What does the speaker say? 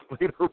later